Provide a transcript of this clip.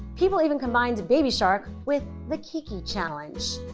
people even combined a baby shark with the kiki challenge.